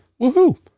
woohoo